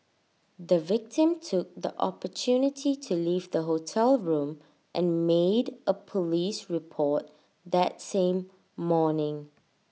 the victim took the opportunity to leave the hotel room and made A Police report that same morning